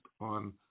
on